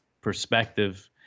perspective